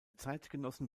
zeitgenossen